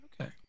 Okay